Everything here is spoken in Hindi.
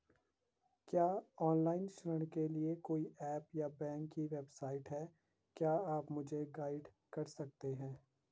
क्या ऑनलाइन ऋण के लिए कोई ऐप या बैंक की वेबसाइट है क्या आप मुझे गाइड कर सकते हैं?